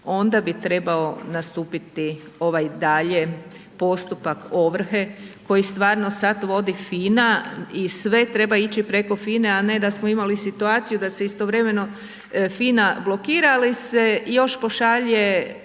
onda bi trebao nastupati ovaj dalje postupak ovrhe koji sada vodi FINA i sve treba ići preko FINA-e, a ne da smo imali situaciju da se istovremeno FINA blokira, ali se još pošalje